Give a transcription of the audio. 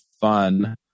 fun